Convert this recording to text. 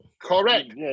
Correct